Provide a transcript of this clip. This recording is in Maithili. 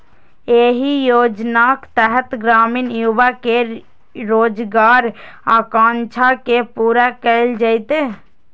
एहि योजनाक तहत ग्रामीण युवा केर रोजगारक आकांक्षा के पूरा कैल जेतै